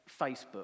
Facebook